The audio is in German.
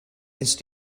ist